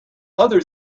other